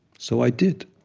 so i did.